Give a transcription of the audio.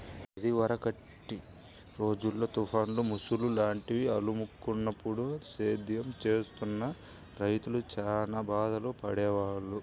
ఇదివరకటి రోజుల్లో తుఫాన్లు, ముసురు లాంటివి అలుముకున్నప్పుడు సేద్యం చేస్తున్న రైతులు చానా బాధలు పడేవాళ్ళు